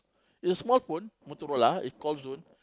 it is small phone Motorola is call zone